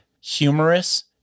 humorous